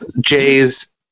Jays